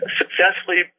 successfully